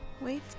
Wait